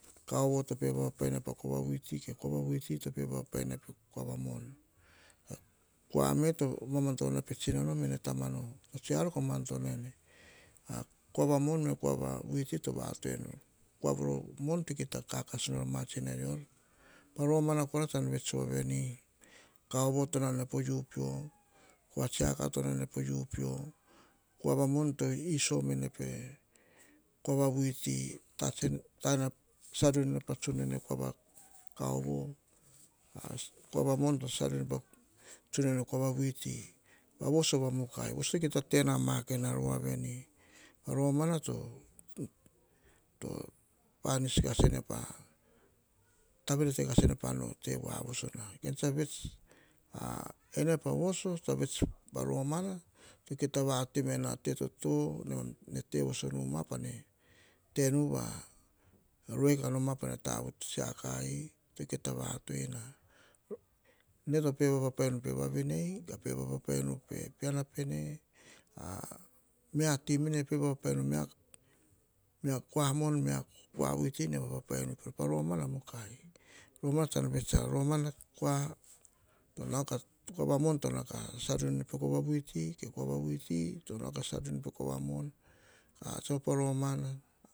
Kaovo to pe vapapai ene pe kua vuiti, ke kua vuiti to pe vapapai ene pe koa mon. Kua me to mamadono ene pe tsinano, mene tamano tsa tsoe ar ko madono ene kua va mon mene kua va vuiti to vai tei enor. Kua nom to kita kakas nor a ma tsina rior romana tsam vets voa veni. Kaavo to ane po u peo. Koa vuiti to nane po u peo. Koa va mon to iso me ene pe kua vuiti, sariun ene, pe tsionine kua va kaovo kua va mon to sariun ene pa tsionine kua vuiti. Voso va mukai voso to kita tena ma kaen ar veri. Romam no pomis kas pa tavere te kas pa no te voa na ka am kes vets ene pavuso, tsa vets pa roma to kita vatoi mena a a te toto nene te voso numa, pame te rue numa ka onoto ene pome tsiako to kita vatoi na ene to pe vapapai enu pe vainei, e piama pene mia kua mon, mia kua vuiti nene pe vapapai enu. Romana mukai romana tsom vets kua va mon to sarium ene pe kua va vuiti. Ka kua va vuiti to sarium ene pe kua vavuiti. Ka kua va to sarium ene pe kua mon ene tsa op po romama.